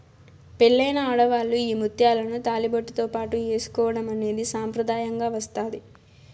పెళ్ళైన ఆడవాళ్ళు ఈ ముత్యాలను తాళిబొట్టుతో పాటు ఏసుకోవడం అనేది సాంప్రదాయంగా వస్తాంది